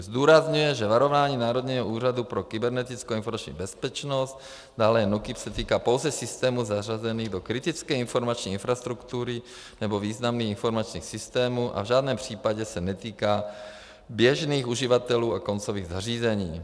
Zdůrazňuje, že varování Národního úřadu pro kybernetickou a informační bezpečnost, dále jen NÚKIB, se týká pouze systému zařazeného do kritické informační infrastruktury nebo významných informačních systémů a v žádném případě se netýká běžných uživatelů a koncových zařízení.